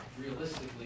realistically